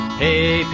hey